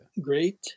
great